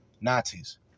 Nazis